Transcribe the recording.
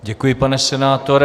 Děkuji, pane senátore.